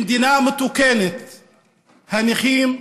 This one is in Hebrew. במדינה מתוקנת נכים,